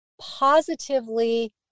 positively